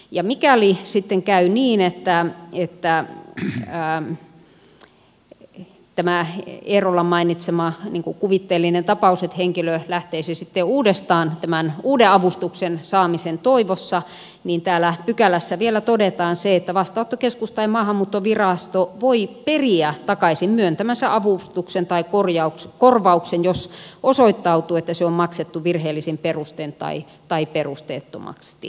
ja mikäli sitten käy tämä eerolan mainitsema kuvitteellinen tapaus että henkilö lähtisi sitten uudestaan tämän uuden avustuksen saamisen toivossa täällä pykälässä vielä todetaan että vastaanottokeskus tai maahanmuuttovirasto voi periä takaisin myöntämänsä avustuksen tai korvauksen jos osoittautuu että se on maksettu virheellisin perustein tai perusteettomasti